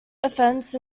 offence